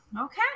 okay